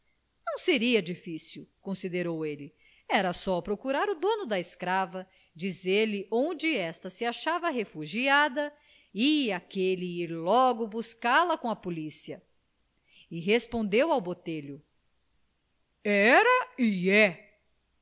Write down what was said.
não seria difícil considerou ele era só procurar o dono da escrava dizer-lhe onde esta se achava refugiada e aquele ir logo buscá-la com a polícia e respondeu ao botelho era e